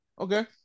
Okay